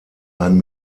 ein